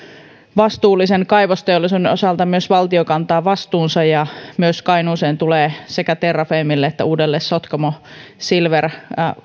vastuullisen kaivosteollisuuden osalta myös valtio kantaa vastuunsa ja kainuuseen tulee sekä terrafamelle että uudelle sotkamo silver